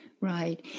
right